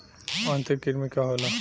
आंतरिक कृमि का होला?